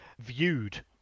viewed